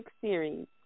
series